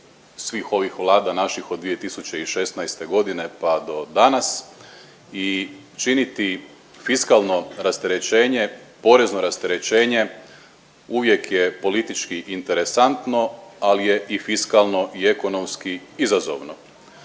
svih ovih vlada naših od 2016. godine pa do danas. I činiti fiskalno rasterećenje, porezno rasterećenje uvijek je politički interesantno, ali je i fiskalno i ekonomski izazovno.